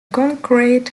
concrete